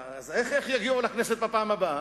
איך הם יגיעו לכנסת בפעם הבאה?